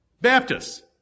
Baptists